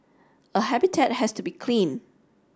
a habitat has to be clean